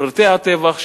לפרטי הטבח,